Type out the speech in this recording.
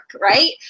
right